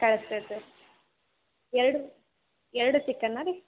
ಕಳ್ಸ್ತೇವೆ sir ಎರಡು ಎರಡು ಚಿಕನ್ನಾ ರೀ